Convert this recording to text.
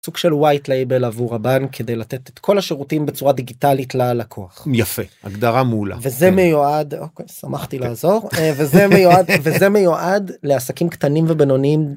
סוג של ווייטלייבל עבור הבנק כדי לתת את כל השירותים בצורה דיגיטלית ללקוח יפה הגדרה מעולה וזה מיועד שמחתי לעזור וזה מיועד וזה מיועד לעסקים קטנים ובינוניים.